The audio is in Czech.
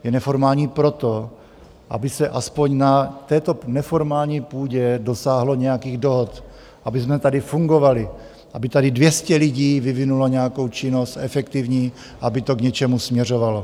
Je neformální proto, aby se aspoň na této neformální půdě dosáhlo nějakých dohod, abychom tady fungovali, aby tady 200 lidí vyvinulo nějakou efektivní činnost, aby to k něčemu směřovalo.